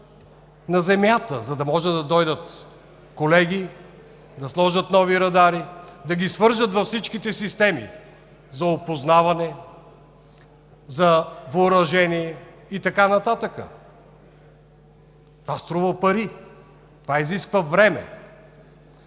на земята, за да може да дойдат колеги, да сложат нови радари, да ги свържат във всичките системи за опознаване, за въоръжение и така нататък. Това струва пари, това изисква време.